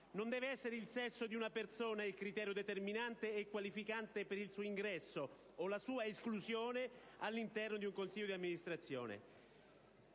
non deve essere il sesso di una persona il criterio determinante e qualificante per il suo ingresso all'interno di un consiglio di amministrazione